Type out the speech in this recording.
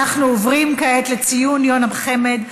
אנחנו עוברים כעת לציון יום החמ"ד,